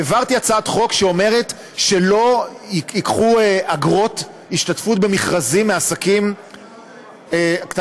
העברתי הצעת חוק שאומרת שלא ייקחו אגרות השתתפות במכרזים מעסקים קטנים.